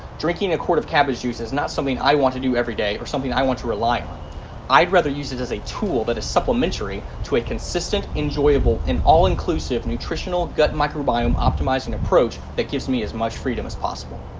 drinking a quart of cabbage juice is not something i want to do every day or something i want to rely on i'd rather use it as a tool that is supplementary to a consistent enjoyable and all-inclusive nutritional gut microbiome optimizing approach that gives me as much freedom as possible.